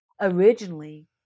Originally